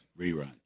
rerun